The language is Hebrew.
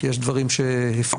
יש דברים שהפנמנו,